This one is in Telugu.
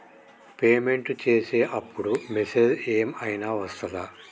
పేమెంట్ చేసే అప్పుడు మెసేజ్ ఏం ఐనా వస్తదా?